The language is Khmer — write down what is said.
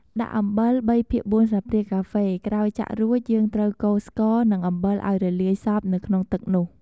ដាក់អំបិល ៣ភាគ៤ស្លាបព្រាកាហ្វេ ក្រោយចាក់រួចយើងត្រូវកូរស្ករ និងអំបិលឱ្យរលាយសព្វនៅក្នុងទឹកនោះ។